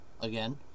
again